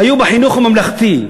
היו בחינוך הממלכתי,